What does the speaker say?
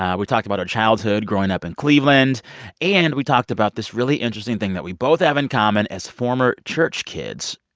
um we talked about her childhood growing up in cleveland and we talked about this really interesting thing that we both have in common as former church kids.